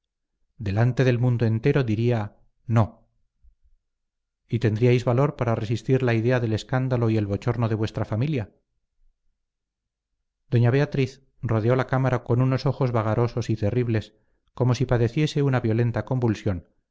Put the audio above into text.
delante del mundo entero diría no y tendríais valor para resistir la idea del escándalo y el bochorno de vuestra familia doña beatriz rodeó la cámara con unos ojos vagarosos y terribles como si padeciese una violenta convulsión